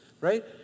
right